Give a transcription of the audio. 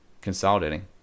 consolidating